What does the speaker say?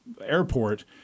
airport